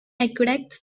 aqueducts